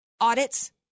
audits